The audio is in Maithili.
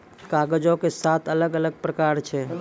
कागजो के सात अलग अलग प्रकार छै